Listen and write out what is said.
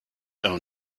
own